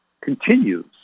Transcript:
continues